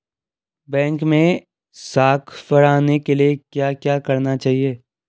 Bank मैं साख बढ़ाने के लिए क्या क्या करना चाहिए?